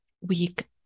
week